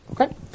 Okay